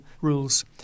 rules